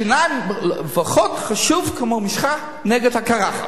שיניים לפחות חשובות כמו משחה נגד קרחת.